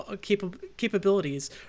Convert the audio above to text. capabilities